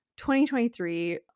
2023